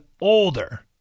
older